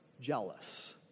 jealous